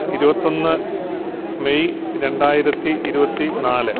ഇരുപത്തൊന്ന് മെയ് രണ്ടായിരത്തി ഇരുപത്തി നാല്